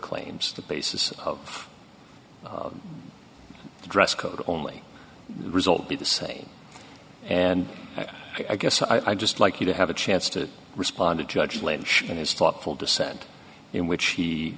claims the basis of the dress code only result be to say and i guess i'd just like you to have a chance to respond to judge lynch and his thoughtful dissent in which he